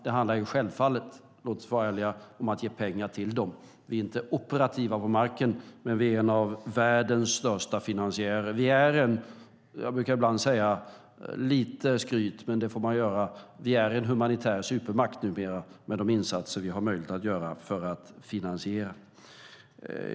Det handlar självfallet - låt oss vara ärliga - om att ge pengar till dem. Vi är inte operativa på marken, men vi är en av världens största finansiärer. Det är lite skryt, men man får skryta lite, och jag brukar ibland säga att Sverige numera är en humanitär supermakt med de insatser vi har möjlighet att göra för att finansiera.